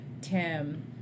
Tim